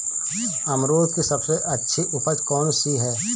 अमरूद की सबसे अच्छी उपज कौन सी है?